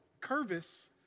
Curvis